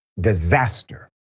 disaster